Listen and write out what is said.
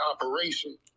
operation